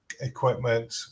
equipment